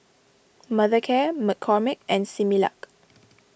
Mothercare McCormick and Similac